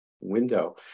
window